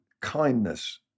kindness